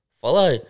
follow